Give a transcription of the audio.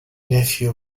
nephew